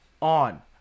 on